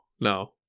no